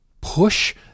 push